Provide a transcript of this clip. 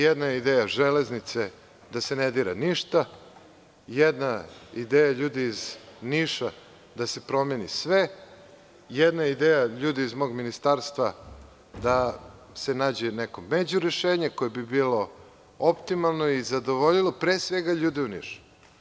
Jedna je ideja železnice da se ne dira ništa, jedna je ideja ljudi iz Niša da se promeni sve, jedna je ideja ljudi iz mog ministarstva da se nađe neko međurešenje koje bi bilo optimalno i zadovoljilo, pre svega, ljude u Nišu.